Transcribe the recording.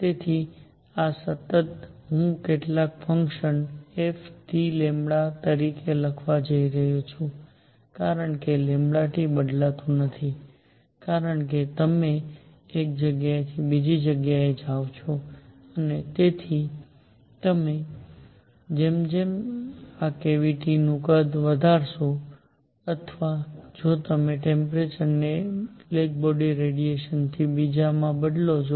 તેથી આ સતત હું કેટલાક ફંક્શન fT તરીકે લખવા જઈ રહ્યો છું કારણ કે T બદલાતું નથી કારણ કે તમે એક જગ્યાએથી બીજી જગ્યાએ જાઓ છો અને તેથી જેમ જેમ તમે આ કેવીટી નું કદ વધારશો અથવા જો તમે ટેમ્પરેચર ને એક બ્લેક બોડી ના રેડિયેશન થી બીજા માં બદલો છો